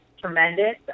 Tremendous